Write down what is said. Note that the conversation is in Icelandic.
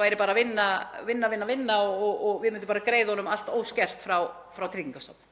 væri bara að vinna, vinna, vinna og við myndum bara greiða honum allt óskert frá Tryggingastofnun.